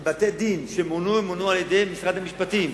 בבתי-דין שמונו, הם מונו על-ידי משרד המשפטים,